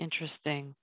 Interesting